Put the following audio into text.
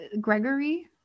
Gregory